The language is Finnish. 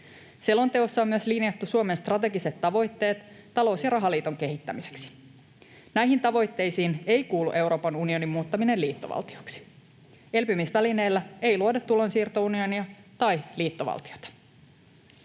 Selonteossa on linjattu myös Suomen strategiset tavoitteet talous- ja rahaliiton kehittämiseksi. Näihin tavoitteisiin ei kuulu Euroopan unionin muuttaminen liittovaltioksi. Elpymisvälineellä ei luoda tulonsiirtounionia tai liittovaltiota.